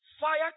fire